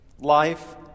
Life